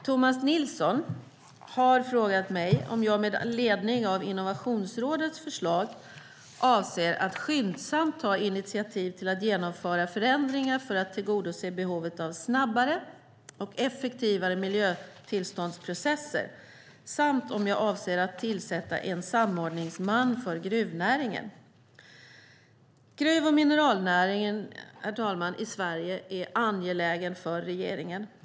Tomas Nilsson har frågat mig om jag med ledning av Innovationsrådets förslag avser att skyndsamt ta initiativ till att genomföra förändringar för att tillgodose behovet av snabbare och effektivare miljötillståndsprocesser samt om jag avser att tillsätta en samordningsman för gruvnäringen. Herr talman! Gruv och mineralnäringen i Sverige är angelägen för regeringen.